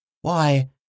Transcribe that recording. Why